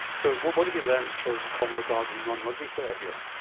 so what what have you learnt for the common or garden non-rugby player here?